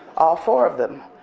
all four of them,